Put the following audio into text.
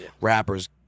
rappers